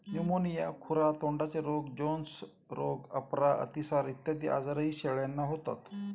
pneumonia, खुरा तोंडाचे रोग, जोन्स रोग, अपरा, अतिसार इत्यादी आजारही शेळ्यांना होतात